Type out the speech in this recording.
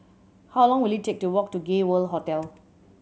how long will it take to walk to Gay World Hotel